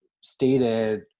stated